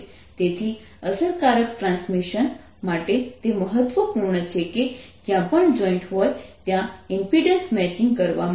તેથી અસરકારક ટ્રાન્સમિશન માટે તે મહત્વપૂર્ણ છે કે જ્યાં પણ જોઈન્ટ હોય ત્યાં ઇમ્પિડન્સ મેચિંગ કરવામાં આવે